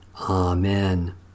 Amen